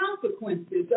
consequences